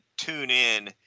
TuneIn